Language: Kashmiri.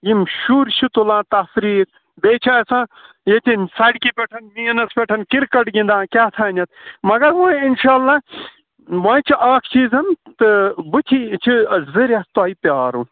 یِم شُرۍ چھِ تُلان تفریٖق بیٚیہِ چھِ آسان ییٚتٮ۪ن سڑکہِ پٮ۪ٹھ مینَس پٮ۪ٹھ کِرکَٹ گِنٛدان کیٛاہ تھانٮ۪تھ مگر وۄنۍ اِنشاء اللہ وۄنۍ چھِ اَکھ چیٖز تہٕ بُتھِ چھِ زٕ رٮ۪تھ تۄہہِ پرٛارُن